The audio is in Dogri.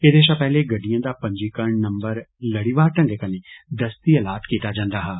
एदे षा पैहले गड़िडयें दा पंजीकरण नंबर लड़ीवार ढंगै कन्नै दस्ती अलाट कीता जंदा हा